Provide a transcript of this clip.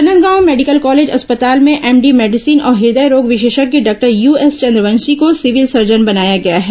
Rajnandgaon medical college अस्पताल में MD medicine और हृदय रोग विशेषज्ञ डॉक्टर यू एस चंद्रवंशी को सिविल सर्जन बनाया गया है